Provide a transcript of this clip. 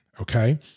Okay